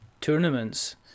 tournaments